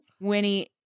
Winnie